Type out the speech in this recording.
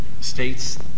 states